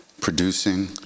producing